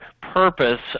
purpose